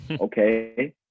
Okay